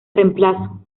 reemplazo